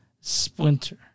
Splinter